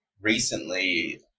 recently